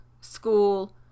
school